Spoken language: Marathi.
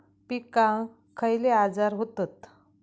पिकांक खयले आजार व्हतत?